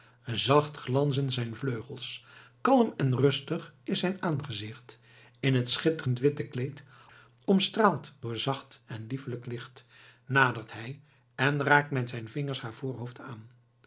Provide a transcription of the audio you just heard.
zacht glanzen zijn vleugels kalm en rustig is zijn aangezicht in t schitterend witte kleed omstraald door zacht en liefelijk licht nadert hij en raakt met zijn vingers haar voorhoofd aan